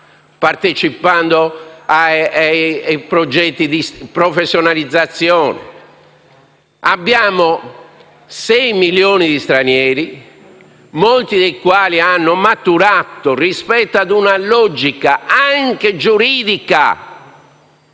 partecipando a progetti di professionalizzazione. Abbiamo sei milioni di stranieri, molti dei quali hanno maturato, rispetto ad una logica anche giuridica